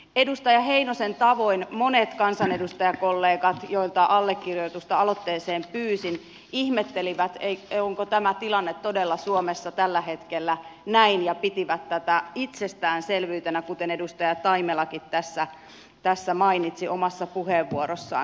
edustaja heinosen tavoin monet kansanedustajakollegat joilta allekirjoitusta aloitteeseen pyysin ihmettelivät onko tämä tilanne todella suomessa tällä hetkellä näin ja pitivät tätä itsestäänselvyytenä kuten edustaja taimelakin tässä mainitsi omassa puheenvuorossaan